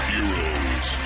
Heroes